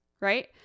right